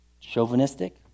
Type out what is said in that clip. chauvinistic